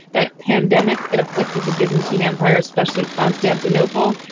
that pandemic that afflicted the byzantine empire, especially constantinople,